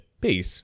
Peace